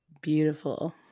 beautiful